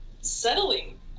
settling